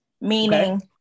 meaning